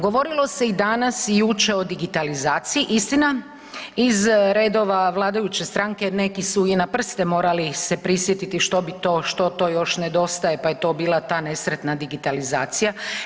Govorilo se i danas i jučer o digitalizaciji, istina iz redova vladajuće stranke neki su i na prste morali se prisjetiti što bi to, što to još nedostaje pa je to bila ta nesretna digitalizacija.